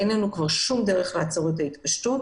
אין לנו כבר שום דרך לעצור את ההתפשטות.